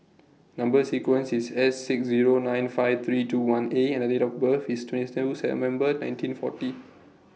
Number sequence IS S six Zero nine five three two one A and Date of birth IS nineteen forty